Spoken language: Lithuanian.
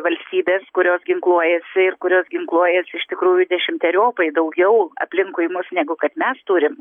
valstybės kurios ginkluojasi ir kurios ginkluojasi iš tikrųjų dešimteriopai daugiau aplinkui mus negu kad mes turim